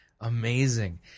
amazing